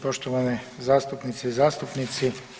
Poštovane zastupnice i zastupnici.